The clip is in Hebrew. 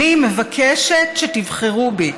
אני מבקשת שתבחרו בי,